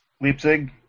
Leipzig